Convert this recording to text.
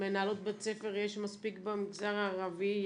מנהלות בתי ספר יש מספיק במגזר הערבי.